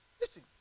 Listen